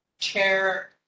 chair